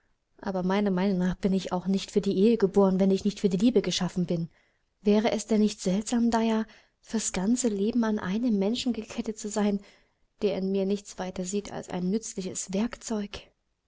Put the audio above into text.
aber meiner meinung nach bin ich auch nicht für die ehe geboren wenn ich nicht für die liebe geschaffen bin wäre es denn nicht seltsam dia fürs ganze leben an einen menschen gekettet zu sein der in mir nichts weiter sieht als ein nützliches